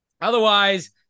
otherwise